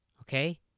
Okay